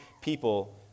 people